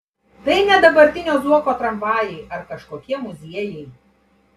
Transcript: tai ne dabartinio zuoko tramvajai ar kažkokie muziejai